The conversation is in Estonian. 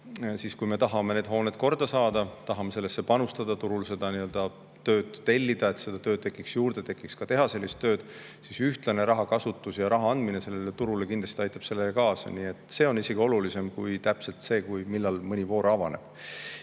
siis kui me tahame need hooned korda saada, tahame sellesse panustada, turul seda tööd tellida, [tahame,] et seda tööd tekiks juurde, ka tehaselist tööd, siis ühtlane raha andmine sellele turule kindlasti aitab sellele kaasa. See on isegi olulisem kui see, millal mõni voor avaneb.